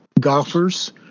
golfers